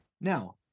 Now